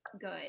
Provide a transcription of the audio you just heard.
good